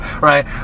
right